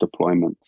deployments